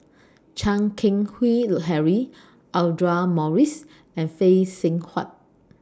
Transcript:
Chan Keng Howe Harry Audra Morrice and Phay Seng Whatt